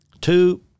two